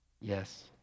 Yes